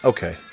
Okay